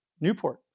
Newport